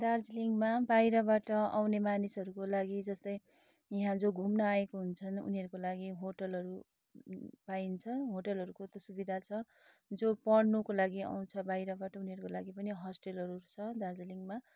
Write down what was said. दार्जिलिङमा बाहिरबाट आउने मानिसहरूको लागि जस्तै यहाँ जो घुम्न आएको हुन्छन् उनीहरूको लागि होटलहरू पाइन्छ होटलहरूको त सुविधा छ जो पढ्नुको लागि आउँछ बाहिरबाट उनीहरूको लागि पनि होस्टेलहरू छ दार्जिलिङमा